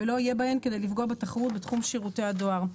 ולא יהיה בהן כדי לפגוע בתחרות בתחום שירותי הדואר.